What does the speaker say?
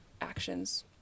actions